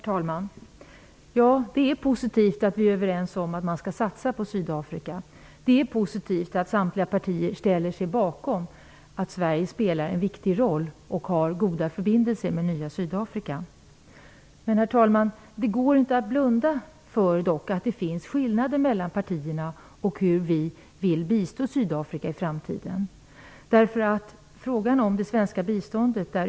Herr talman! Ja, det är positivt att vi är överens om att man skall satsa på Sydafrika. Det är positivt att samtliga partier ställer sig bakom att Sverige spelar en viktig roll och har goda förbindelser med det nya Det går dock inte, herr talman, att blunda för att det finns skillnader mellan partierna när det gäller hur vi vill bistå Sydafrika i framtiden.